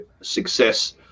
success